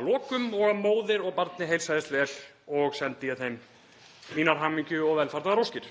að lokum og að móður og barni heilsaðist vel og sendi ég þeim mínar hamingju- og velfarnaðaróskir.